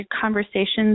conversations